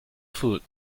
food